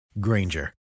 Granger